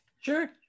Sure